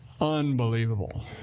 Unbelievable